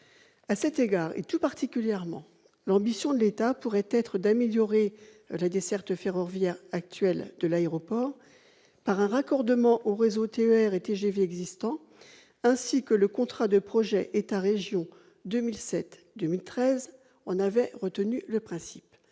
À cet égard, l'ambition de l'État pourrait être d'améliorer la desserte ferroviaire actuelle de l'aéroport par un raccordement aux réseaux TER et TGV existants, ainsi que le contrat de plan État-région 2007-2013 en avait retenu le principe.